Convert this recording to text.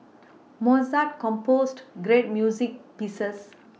Mozart composed great music pieces